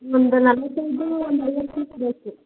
ನಮ್ದೆಲ್ಲ ನಲ್ವತ್ತು ಕೆಜಿ ಒಂದು ಐವತ್ತು ಕೆಜಿ ಬೇಕು